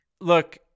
Look